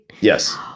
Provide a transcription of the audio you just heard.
Yes